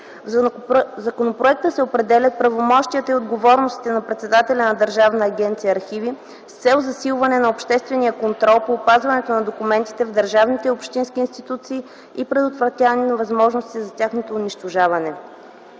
В законопроекта се определят правомощията и отговорностите на председателя на Държавна агенция "Архиви" с цел засилване на осъществявания контрол по опазването на документите в държавните и общинските институции и предотвратяване на възможностите за тяхното унищожаване.